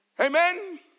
Amen